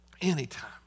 Anytime